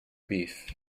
beef